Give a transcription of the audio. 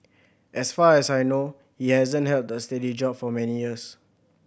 as far as I know he hasn't held a steady job for many years